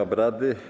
obrady.